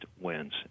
wins